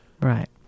Right